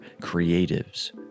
creatives